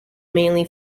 mainly